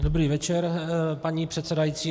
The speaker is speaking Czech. Dobrý večer, paní předsedající.